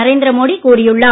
நரேந்திர மோடி கூறியுள்ளார்